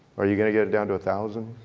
are you going to get it down to a thousand?